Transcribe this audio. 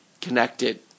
connected